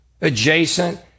adjacent